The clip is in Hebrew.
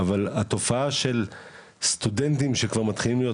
התופעה של סטודנטים שכבר מתחילים להיות